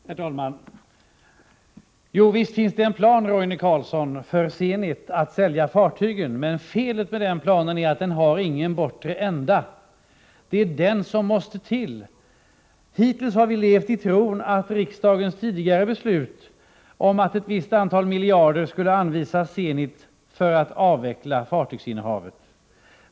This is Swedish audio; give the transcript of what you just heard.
Herr talman! Jo, visst finns det en plan, Roine Carlsson, för Zenit när det gäller att sälja fartygen. Men felet med den planen är att den inte har någon bortre ände, och det är en sådan som behövs. Hittills har vi levt i tron på riksdagens tidigare beslut om att ett visst antal miljarder skulle anvisas till Zenit för att avveckla fartygsinnehavet.